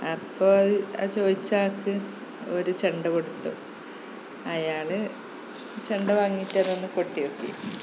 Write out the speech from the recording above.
അപ്പോൾ അത് ചോദിച്ചയാള്ക്ക് ഓര് ചെണ്ട കൊടുത്തു അയാൾ ചെണ്ട വാങ്ങിയിട്ട് അതൊന്നു കൊട്ടി നോക്കി